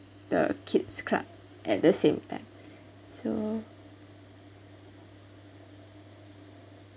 the kid's club at the same time so